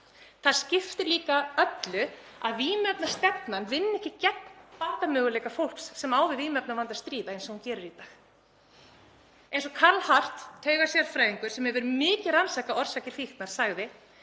Það skiptir líka öllu að vímuefnastefnan vinni ekki gegn batamöguleika fólks sem á við vímuefnavanda að stríða eins og hún gerir í dag. Eins og Carl Hart taugasérfræðingur sagði, sem hefur mikið rannsakað orsakir fíknar: